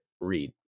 read